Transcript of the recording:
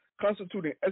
constituting